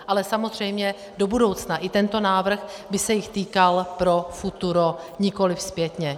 Ale samozřejmě do budoucna i tento návrh by se jich týkal pro futuro, nikoliv zpětně.